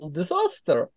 disaster